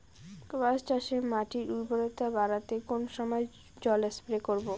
কোয়াস চাষে মাটির উর্বরতা বাড়াতে কোন সময় জল স্প্রে করব?